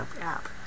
app